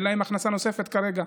אין להם הכנסה נוספת כרגע,